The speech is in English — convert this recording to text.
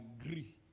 agree